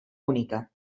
única